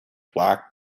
black